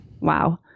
Wow